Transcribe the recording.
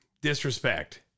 disrespect